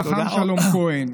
חכם שלום כהן.